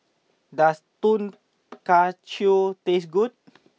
does Tonkatsu taste good